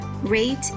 rate